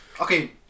okay